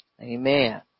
Amen